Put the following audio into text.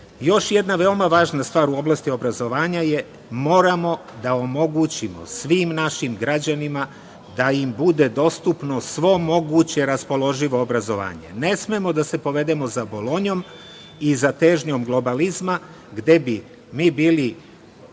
itd. Još jedna veoma važna stvar u oblasti obrazovanja je – moramo da omogućimo svim našim građanima da im bude dostupno svo moguće raspoloživo obrazovanje. Ne smemo da se povedemo za Bolonjom i za težnjom globalizma, gde bi mi bili